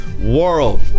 world